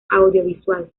audiovisual